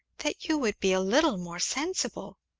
that you would be a little more sensible.